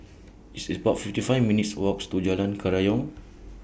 It's about fifty five minutes' Walks to Jalan Kerayong